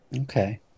Okay